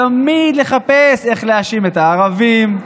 תמיד לחפש איך להאשים את הערבים,